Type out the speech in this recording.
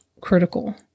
critical